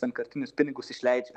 vienkartinius pinigus išleidžia